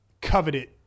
coveted